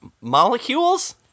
Molecules